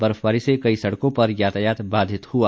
बर्फबारी से कई सड़कों पर यातायात बाधित हुआ